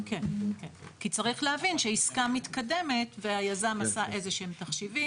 צריך להבין שעסקה מתקדמת והיזם עשה תחשיבים,